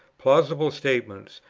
plausible statements,